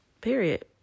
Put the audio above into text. period